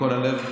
מכל הלב,